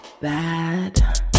bad